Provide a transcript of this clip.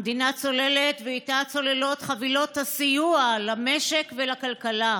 המדינה צוללת ואיתה צוללות חבילות הסיוע למשק ולכלכלה.